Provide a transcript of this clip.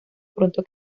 pronto